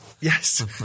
yes